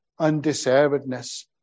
Undeservedness